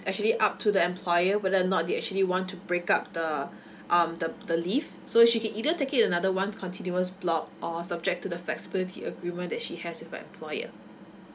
actually up to the employer whether not they actually want to break up the um the the leave so she can either take it in another one continuous block or subject to the flexibility agreement that she has with her employer